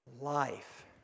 life